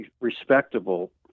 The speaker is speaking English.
respectable